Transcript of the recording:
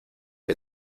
que